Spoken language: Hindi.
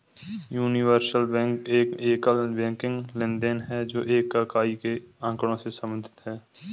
यूनिवर्सल बैंक एक एकल बैंकिंग लेनदेन है, जो एक इकाई के आँकड़ों से संबंधित है